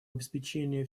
обеспечения